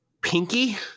Pinky